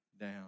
down